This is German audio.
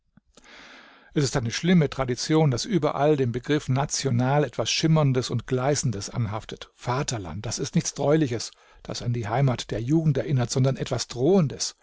es ist eine schlimme tradition daß überall dem begriff national etwas schimmerndes und gleißendes anhaftet vaterland das ist nichts treuliches das an die heimat der jugend erinnert sondern etwas drohendes